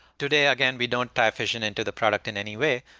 today, again, we don't tie fission into the product in anyway,